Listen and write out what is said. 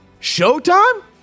Showtime